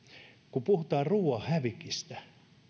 kun puhutaan ruuan hävikistä